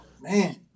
Man